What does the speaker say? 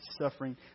suffering